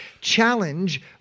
challenge